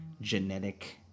genetic